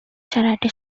charity